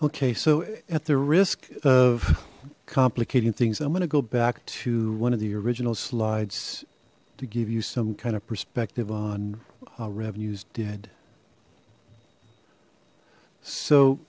okay so at the risk of complicating things i'm gonna go back to one of the original slides to give you some kind of perspective on how revenues did so